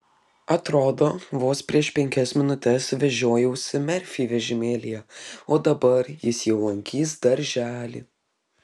atrodo vos prieš penkias minutes vežiojausi merfį vežimėlyje o dabar jis jau lankys darželį